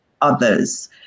others